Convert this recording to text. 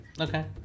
Okay